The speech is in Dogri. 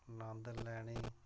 नंद लैने